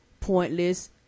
pointless